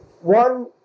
One